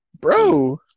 Bro